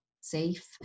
safe